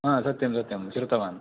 हा सत्यं सत्यं श्रुतवान्